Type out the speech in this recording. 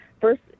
First